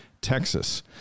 Texas